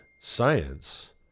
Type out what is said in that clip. science